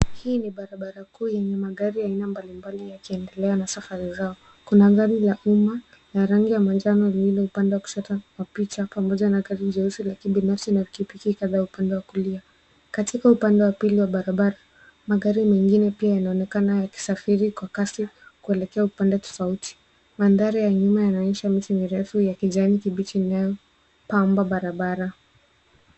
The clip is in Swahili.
Hii ni barabara yenye magari mbalimbali ya kisasa na ya kipekee. Kuna mwangaza wa taa za rangi ya manjano unaong’aa juu ya barabara, ukiashiria shughuli za kibiashara na usafiri wa magari. Katika upande wa kwanza wa barabara, magari yamepangwa vizuri huku baadhi yao yakionekana yakisogea kwa kasi. Mandhari ya mtaa huu inaonyesha miti mirefu ya kijani inayopamba barabara na kuongeza mvuto wa eneo hilo